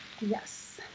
yes